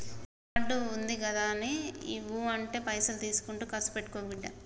card ఉందిగదాని ఊ అంటే పైసలు తీసుకుంట కర్సు పెట్టుకోకు బిడ్డా